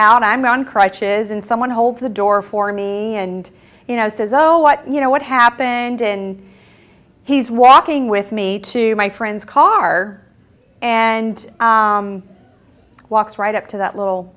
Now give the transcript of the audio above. out i'm on crutches and someone holds the door for me and you know says oh what you know what happened in he's walking with me to my friend's car and walks right up to that little